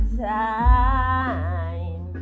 time